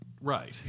Right